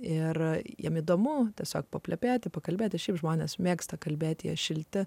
ir jam įdomu tiesiog paplepėti pakalbėti šiaip žmonės mėgsta kalbėti šilti